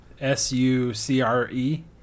S-U-C-R-E